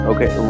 Okay